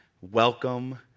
welcome